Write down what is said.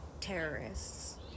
terrorists